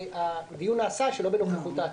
שהדיון נעשה שלא בנוכחות העצור.